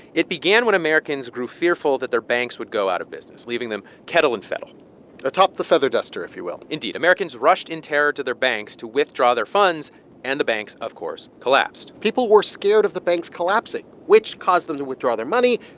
it began when americans grew fearful that their banks would go out of business, leaving them kettle and fettle atop the feather duster, if you will indeed. americans rushed in terror to their banks to withdraw their funds and the banks, of course, collapsed people were scared of the banks collapsing, which caused them to withdraw their money,